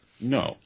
No